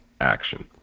action